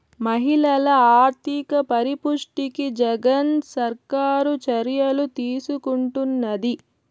మహిళల ఆర్థిక పరిపుష్టికి జగన్ సర్కారు చర్యలు తీసుకుంటున్నది